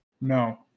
No